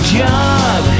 job